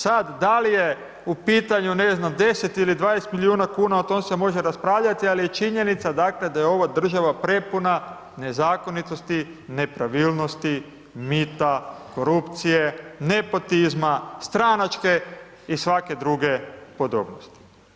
Sad, da li je u pitanju 10 ili 20 milijuna kuna, o tome se može raspravljati, ali je činjenica, dakle, da je ovo država prepuna nezakonitosti, nepravilnosti, mita, korupcije, nepotizma, stranačke i svake druge podobnosti.